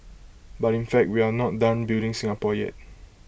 but in fact we are not done building Singapore yet